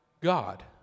God